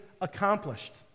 accomplished